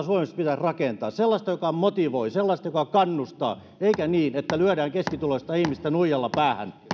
suomessa pitäisi rakentaa sellaista joka motivoi sellaista joka kannustaa eikä niin että lyödään keskituloista ihmistä nuijalla päähän